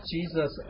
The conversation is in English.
Jesus